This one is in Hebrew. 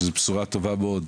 שזה בשורה טובה מאוד,